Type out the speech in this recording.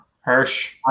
Hirsch